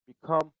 Become